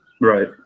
Right